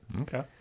okay